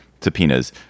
subpoenas